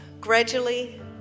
gradually